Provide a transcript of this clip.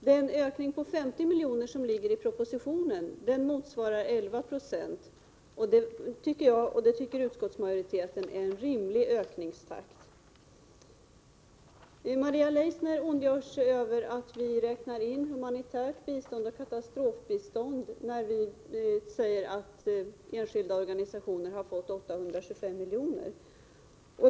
Den ökning på 50 miljoner som föreslås i propositionen motsvarar 11 26, och utskottsmajoriteten tycker att det är en rimlig ökningstakt. Maria Leissner ondgör sig över att vi räknar in humanitärt bistånd och katastrofbistånd när vi säger att enskilda organisationer har fått 825 miljoner.